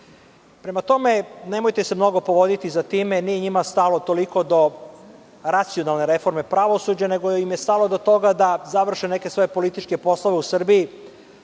Prema tome, nemojte se mnogo povoditi za time, nije njima stalo toliko do racionalne reforme pravosuđa, nego im je stalo do toga da završene neke svoje političke poslove u Srbiji.